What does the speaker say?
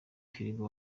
frigo